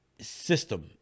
system